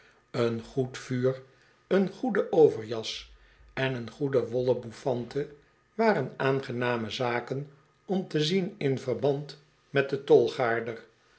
een goed vuur een goede overjas en een goede wollen bouffante waren aangename zaken om te zien in verband met den tolgaarder